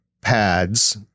pads